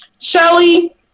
Shelly